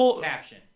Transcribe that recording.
caption